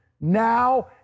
now